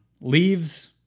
leaves